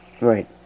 Right